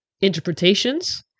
interpretations